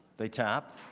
they tap.